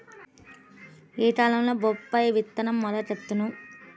ఏ కాలంలో బొప్పాయి విత్తనం మొలకెత్తును?